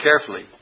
carefully